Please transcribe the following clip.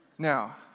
Now